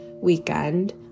weekend